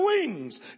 wings